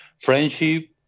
friendship